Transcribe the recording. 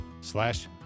slash